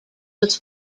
was